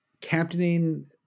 captaining